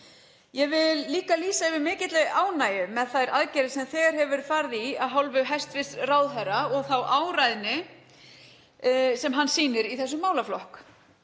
Ég vil líka lýsa yfir mikilli ánægju með þær aðgerðir sem þegar hefur verið farið í af hálfu hæstv. ráðherra og þá áræðni sem hann sýnir í þessum málaflokki.